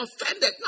offended